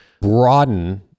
broaden